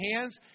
hands